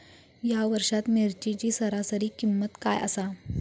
या वर्षात मिरचीची सरासरी किंमत काय आसा?